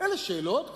אלה שאלות כבדות,